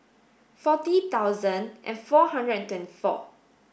forty thousand and four hundred and twenty four